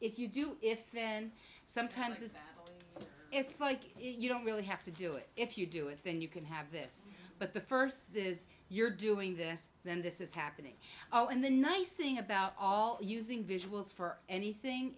if you do if then sometimes it's it's like you don't really have to do it if you do it then you can have this but the first is you're doing this then this is happening all in the nice thing about all using visuals for anything